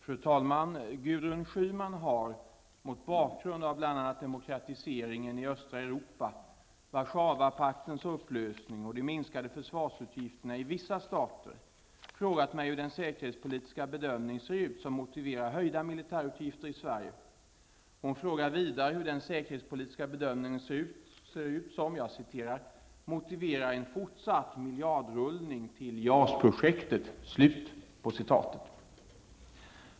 Fru talman! Gurdrun Schyman har, mot bakgrund av bl.a. demokratiseringen i östra Europa, Warszawapaktens upplösning och de minskade försvarsutgifterna i vissa stater, frågat mig hur den säkerhetspolitiska bedömningen ser ut som motiverar höjda militärutgifter i Sverige. Hon frågar vidare hur den säkerhetspolitiska bedömningen ser ut som ''motiverar en fortsatt miljardrullning till JAS-projektet''.